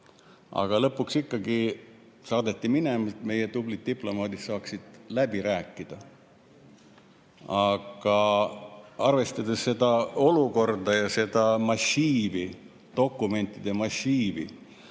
Aga lõpuks ikkagi saadeti minema, et meie tublid diplomaadid saaksid läbi rääkida. Ent arvestame seda olukorda ja seda dokumentide massiivi,